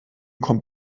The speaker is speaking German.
kommt